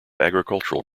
agricultural